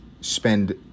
spend